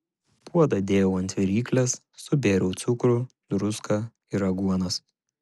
puodą dėjau ant viryklės subėriau cukrų druską ir aguonas